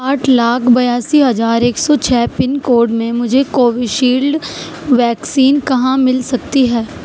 آٹھ لاکھ بیاسی ہجار ایک سو چھ پن کوڈ میں مجھے کووی شیلڈ ویکسین کہاں مل سکتی ہے